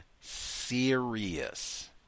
serious